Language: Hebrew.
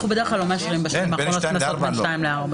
בשנים האחרונות אנחנו בדרך כלל לא מאשרים קנסות בין שתיים לארבע.